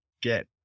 get